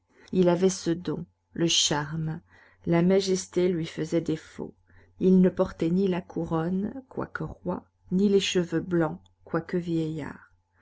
il avait ce don le charme la majesté lui faisait défaut il ne portait ni la couronne quoique roi ni les cheveux blancs quoique vieillard